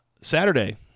Saturday